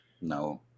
No